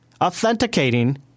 authenticating